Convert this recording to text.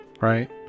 right